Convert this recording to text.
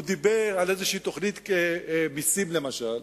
הוא דיבר על איזושהי תוכנית מסים למשל,